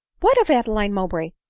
what of adeline mowbray?